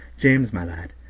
james, my lad,